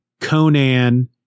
Conan